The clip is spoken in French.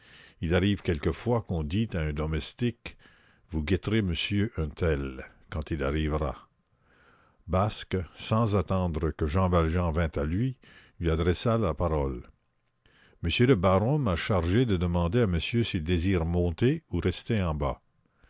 il arrive quelquefois qu'on dit à un domestique vous guetterez monsieur un tel quand il arrivera basque sans attendre que jean valjean vînt à lui lui adressa la parole monsieur le baron m'a chargé de demander à monsieur s'il désire monter ou rester en bas